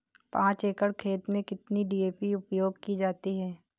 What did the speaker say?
पाँच एकड़ खेत में कितनी डी.ए.पी उपयोग की जाती है?